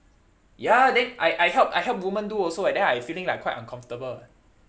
ya then I I help I help woman do also eh then I feeling like quite uncomfortable